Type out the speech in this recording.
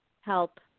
help